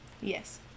Yes